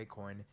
Bitcoin